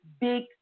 big